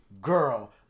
girl